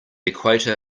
equator